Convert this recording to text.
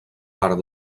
part